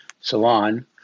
salon